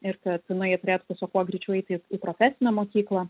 ir kad na jie turėtų tiesiog kuo greičiau eiti į profesinę mokyklą